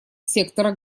сектора